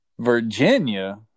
Virginia